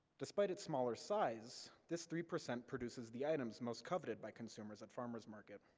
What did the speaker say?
despite its smaller size, this three percent produces the items most coveted by consumers at farmer's market.